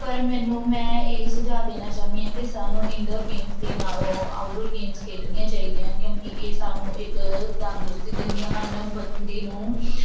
ਪਰ ਮੈਨੂੰ ਮੈਂ ਇਹ ਸੁਝਾਅ ਦੇਣਾ ਚਾਹੁੰਦੀ ਹਾਂ ਕਿ ਸਾਨੂੰ ਇੰਮਡੋਰ ਗੇਮਸ ਦੇ ਨਾਲੋਂ ਆਊਟਡੋਰ ਗੇਮਸ ਖੇਡਣੀਆਂ ਚਾਹੀਦੀਆਂ ਹਨ ਕਿਉਂਕਿ ਇਹ ਸਾਨੂੰ ਇੱਕ ਤੰਦਰੁਸਤੀ ਦਿੰਦੀਆਂ ਹਨ